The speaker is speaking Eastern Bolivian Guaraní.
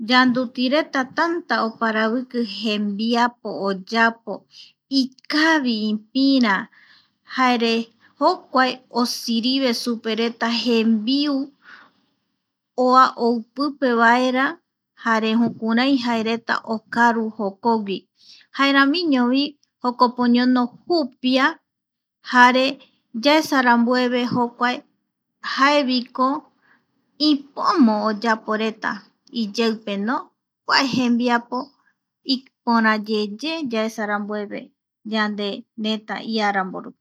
Yanduti reta tanta oparaviki jembiapo oyapo ikavi ipirä. Jare jokua osirive supereta jembiu oa ou pipe vaera jare jokurai jaereta okaru jokogui jaeramiñovi jokope oñono jupia jare yaesa rambueve jokuae jaeviko ipómo oyaporeta iyeipeno kuae jembiapo ipörayeye yaesa rambueve yande rëta iaramborupi.